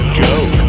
joke